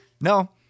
No